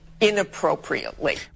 inappropriately